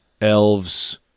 Elves